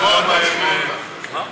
חנין זועבי, דב חנין,